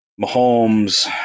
Mahomes